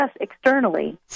externally